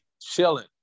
chilling